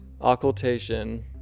Occultation